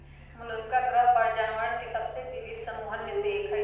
Mollusca ग्रह पर जानवरवन के सबसे विविध समूहन में से एक हई